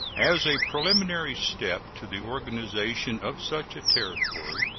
as a preliminary step to the organization of such a territory,